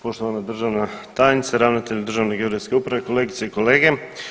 Poštovana državna tajnice, ravnatelju Državne geodetske uprave, kolegice i kolege.